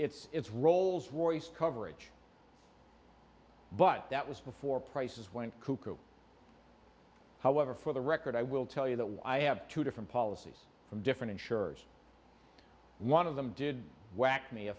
it's it's rolls royce coverage but that was before prices went cuckoo however for the record i will tell you that when i have two different policies from different insurers one of them did whack me a